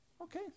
Okay